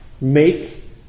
make